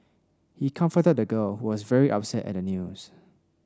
he comforted the girl was very upset at the news